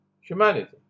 humanity